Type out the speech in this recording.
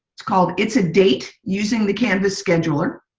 it's called it's a date using the canvas scheduler.